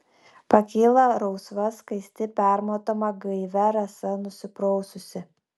pakyla rausva skaisti permatoma gaivia rasa nusipraususi